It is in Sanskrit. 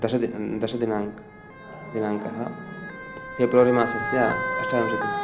दश दिनाङ्कः फेब्रुवरी मासस्य अष्टाविंशतिः